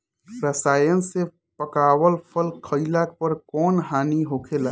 रसायन से पकावल फल खइला पर कौन हानि होखेला?